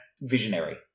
visionary